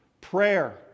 Prayer